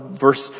verse